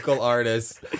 artists